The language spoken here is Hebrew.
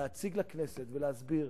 להציג לכנסת ולהסביר